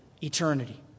eternity